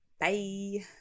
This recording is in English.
bye